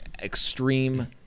extreme